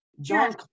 John